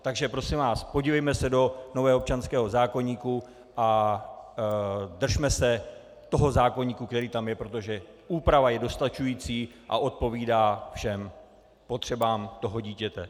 Takže prosím vás, podívejme se do nového občanského zákoníku a držme se toho zákoníku, který tam je, protože úprava je dostačující a odpovídá všem potřebám toho dítěte.